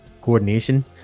coordination